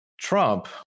Trump